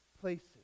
places